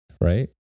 Right